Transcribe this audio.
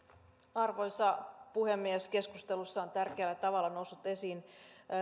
arvoisa puhemies keskustelussa on tärkeällä tavalla noussut esiin